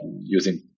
using